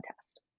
test